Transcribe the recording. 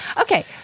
Okay